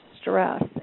stress